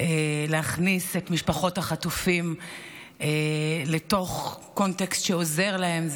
להכניס את משפחות החטופים לתוך קונטקסט שעוזר להן.